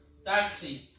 Taxi